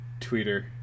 tweeter